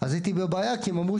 שהוא רבע מהנדרש רק לעמידר,